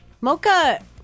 Mocha